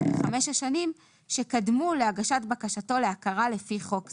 בחמש השנים שקדמו להגשת בקשתו להכרה לפי חוק זה.